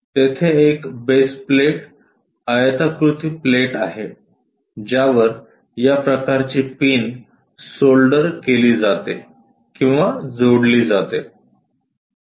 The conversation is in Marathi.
तेथे एक बेस प्लेट आयताकृती प्लेट आहे ज्यावर या प्रकारची पिन सोल्डर केली जाते किंवा जोडली जाते